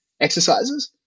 exercises